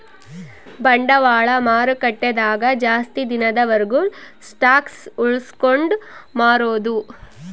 ಬಂಡವಾಳ ಮಾರುಕಟ್ಟೆ ದಾಗ ಜಾಸ್ತಿ ದಿನದ ವರ್ಗು ಸ್ಟಾಕ್ಷ್ ಉಳ್ಸ್ಕೊಂಡ್ ಮಾರೊದು